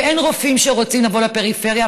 ואין רופאים שרוצים לבוא לפריפריה,